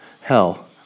hell